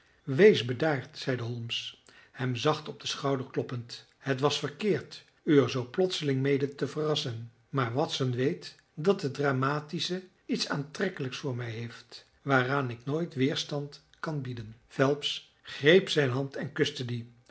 wees bedaard zeide holmes hem zacht op den schouder kloppend het was verkeerd u er zoo plotseling mede te verrassen maar watson weet dat het dramatische iets aantrekkelijks voor mij heeft waaraan ik nooit weerstand kan bieden phelps greep zijn hand en kuste die